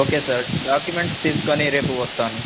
okay sir documents తీసుకొని రేపు వస్తాను